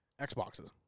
Xboxes